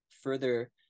further